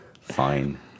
fine